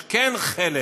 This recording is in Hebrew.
יש כן חלק,